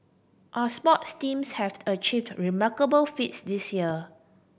our sports teams have achieved remarkable feats this year